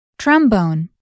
trombone